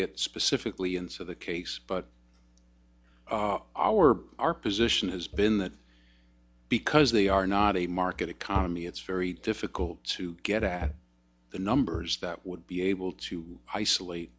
get specifically and so the case but our our position has been that because they are not a market economy it's very difficult to get at the numbers that would be able to isolate